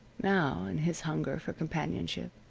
now, in his hunger for companionship,